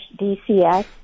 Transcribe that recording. DCS